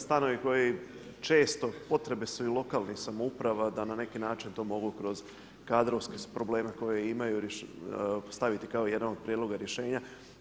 Stanovi koji često, potrebe su i lokalnih samouprava da na neki način to mogu kroz kadrovske probleme koje imaju staviti kao jedan od prijedloga rješenja.